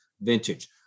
vintage